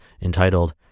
entitled